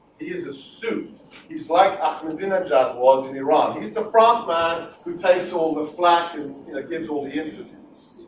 he is a suit he's like at medina job was in iran he's the frontman who takes all the flak and get all the interviews